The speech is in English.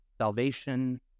Salvation